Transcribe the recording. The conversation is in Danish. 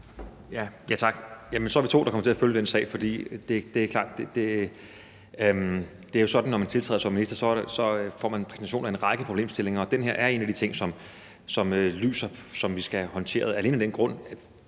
Jamen så er vi to, der kommer til at følge den sag. Det er klart, at det er sådan, at når man tiltræder som minister, får man en præsentation af en række problemstillinger, og det her er en af de ting, som lyser op, og som vi skal have håndteret, alene af den grund,